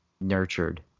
nurtured